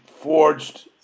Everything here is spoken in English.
forged